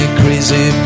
crazy